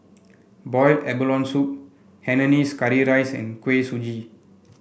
Boiled Abalone Soup Hainanese Curry Rice and Kuih Suji